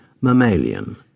mammalian